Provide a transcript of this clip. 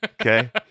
Okay